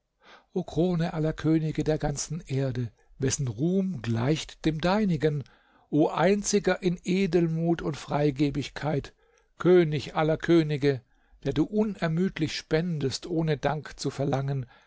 krone aller könige der ganzen erde wessen ruhm gleicht dem deinigen o einziger in edelmut und freigebigkeit könig aller könige der du unermüdlich spendest ohne dank zu verlangen